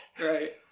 Right